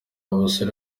basore